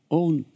own